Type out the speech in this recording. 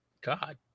God